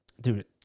Dude